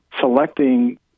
selecting